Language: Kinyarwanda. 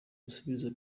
gusubiza